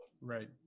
Right